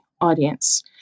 audience